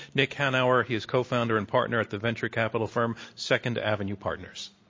nick hanauer. he is cofounder and partner at the venture capital firm, second avenue partners.